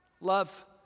love